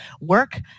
work